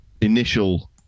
initial